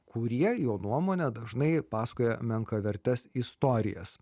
kurie jo nuomone dažnai pasakoja menkavertes istorijas